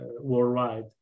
worldwide